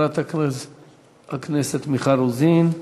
חברת הכנסת מיכל רוזין.